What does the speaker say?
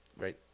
right